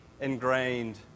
ingrained